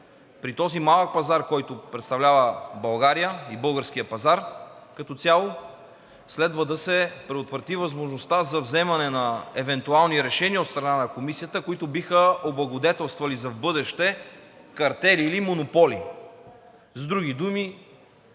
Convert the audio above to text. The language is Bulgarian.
При този малък пазар, който представлява България и българският пазар като цяло, следва да се предотврати възможността за вземане на евентуални решения от страна на Комисията, които биха облагодетелствали за в бъдеще картели или монополи